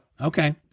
Okay